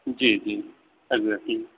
جی جی ایڈ لکی